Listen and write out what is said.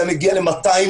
זה היה מגיע ל-200,000.